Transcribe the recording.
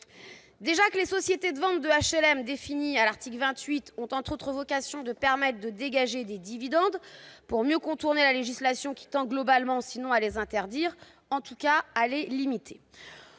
Les sociétés de vente d'HLM définies à l'article 28 ont, entre autres, pour vocation de permettre de dégager des dividendes afin de mieux contourner la législation, laquelle tend globalement, sinon à les interdire, en tout cas à les limiter.